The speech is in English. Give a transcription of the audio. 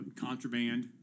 contraband